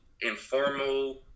informal